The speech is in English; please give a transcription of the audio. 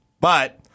But-